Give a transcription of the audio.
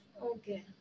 Okay